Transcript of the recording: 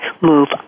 move